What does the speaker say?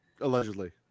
Allegedly